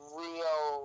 real